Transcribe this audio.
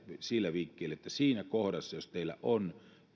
sillä vinkkelillä että siinä kohdassa jos teillä on